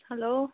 hello